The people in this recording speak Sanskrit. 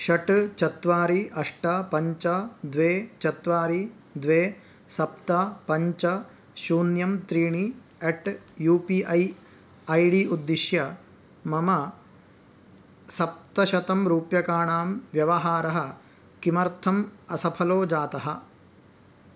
षट् चत्वारि अष्ट पञ्च द्वे चत्वारि द्वे सप्त पञ्च शून्यं त्रीणि at U P I I D उद्दिश्य मम सप्तशतं रूप्यकाणां व्यवहारः किमर्थम् असफलो जातः